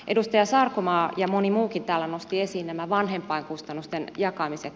edustaja sarkomaa ja moni muukin täällä nosti esiin nämä vanhempainkustannusten jakamiset